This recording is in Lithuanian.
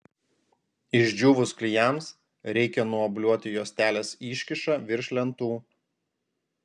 išdžiūvus klijams reikia nuobliuoti juostelės iškyšą virš lentų